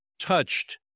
touched